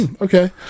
Okay